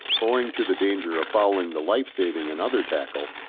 owing to the danger of fouling the life-saving and other tackle,